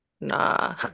nah